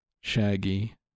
Shaggy